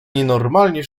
nienormalnie